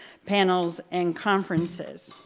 panels, and conferences.